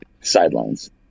sidelines